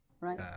right